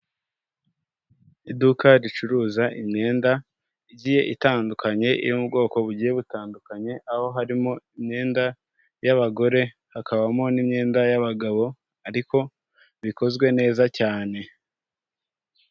Iduka ricuruza imyenda igiye itandukanye yo mu bwoko bugiye butandukanye aho harimo imyenda y'abagore, hakabamo n'imyenda y'abagabo ariko bikozwe neza cyane.